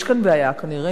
יש פה בעיה כנראה,